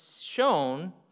shown